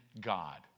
God